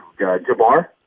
Jabbar